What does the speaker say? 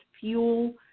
fuel